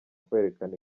kwerekana